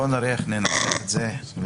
בוא נראה איך ננסח את זה.